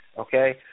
Okay